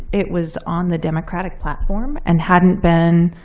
it was on the democratic platform and hadn't been,